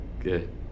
Good